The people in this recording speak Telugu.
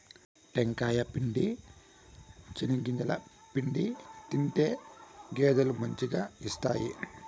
టెంకాయ పిండి, చెనిగింజల పిండి తింటే గేదెలు మంచిగా ఇస్తాయి